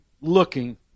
looking